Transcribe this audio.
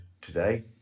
today